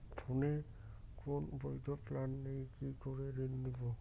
ফোনে কোন বৈধ প্ল্যান নেই কি করে ঋণ নেব?